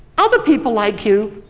other people like you,